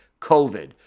COVID